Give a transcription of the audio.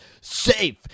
safe